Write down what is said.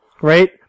right